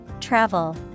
Travel